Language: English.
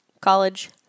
College